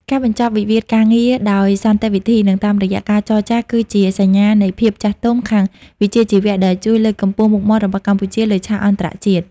ការបញ្ចប់វិវាទការងារដោយសន្តិវិធី និងតាមរយៈការចរចា គឺជាសញ្ញានៃភាពចាស់ទុំខាងវិជ្ជាជីវៈដែលជួយលើកកម្ពស់មុខមាត់របស់កម្ពុជាលើឆាកអន្តរជាតិ។